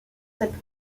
cette